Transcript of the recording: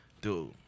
Dude